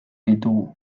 ditugu